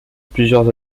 plusieurs